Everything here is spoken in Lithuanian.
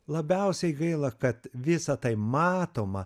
labiausiai gaila kad visa tai matoma